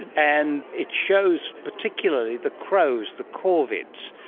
and it shows particularly the crows, the corvids,